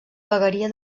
vegueria